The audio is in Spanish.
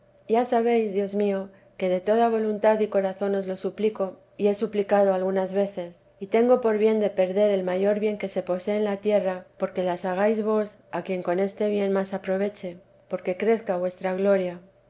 ya sabéis dios mío que de toda voluntad y corazón os lo suplico y he suplicado algunas veces y tengo por bien de perder el mayor bien que se posee en la tierra porque las hagáis vos a quien con este bien más aproveche porque crezca vuestra gloria